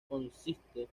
consiste